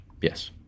Yes